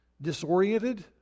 disoriented